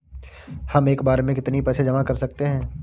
हम एक बार में कितनी पैसे जमा कर सकते हैं?